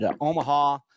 Omaha